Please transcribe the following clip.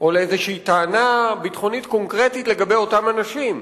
או לאיזושהי טענה ביטחונית קונקרטית לגבי אותם אנשים,